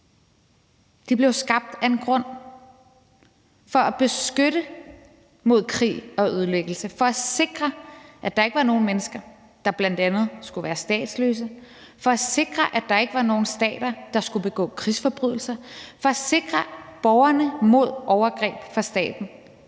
De blev skabt af en grund. Det var for at beskytte mod krig og ødelæggelse; for at sikre, at der ikke var nogen mennesker, der bl.a. skulle være statsløse; for at sikre, at der ikke var nogen stater, der skulle begå krigsforbrydelser; og for at sikre borgerne mod overgreb fra staten.